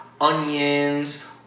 onions